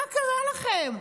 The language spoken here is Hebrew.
מה קרה לכם?